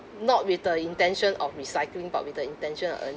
not with the intention of recycling but with the intention of ear~